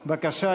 בבקשה,